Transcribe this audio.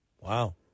Wow